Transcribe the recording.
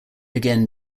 again